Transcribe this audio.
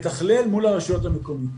מתכלל, מול הרשויות המקומיות.